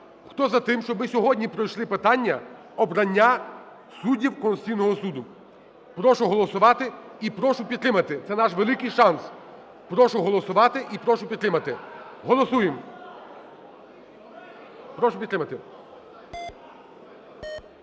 Хто за те, щоб ми сьогодні пройшли питання обрання суддів Конституційного Суду, прошу голосувати і прошу підтримати, це наш великий шанс. Прошу голосувати і прошу підтримати. Голосуємо, прошу підтримати.